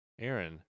Aaron